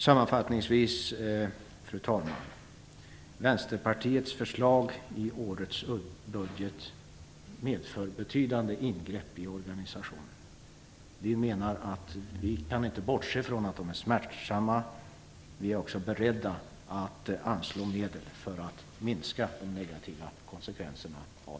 Sammanfattningsvis, fru talman, kan jag säga att Vänsterpartiets förslag till årets försvarsbudget medför betydande ingrepp i organisationen. Vi kan inte bortse från att de är smärtsamma, och vi är beredda att anslå medel för att minska de negativa konsekvenserna.